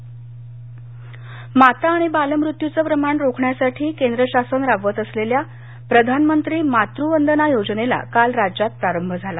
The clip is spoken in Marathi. मातवंदना माता आणि बालमृत्यूचं प्रमाण रोखण्यासाठी केंद्र शासन राबवत असलेल्या प्रधानमंत्री मातुवंदना योजनेला काल राज्यात प्रारंभ झाला